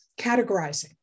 categorizing